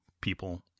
people